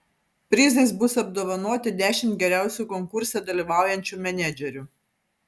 prizais bus apdovanoti dešimt geriausių konkurse dalyvaujančių menedžerių